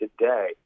today